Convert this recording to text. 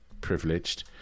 privileged